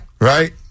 Right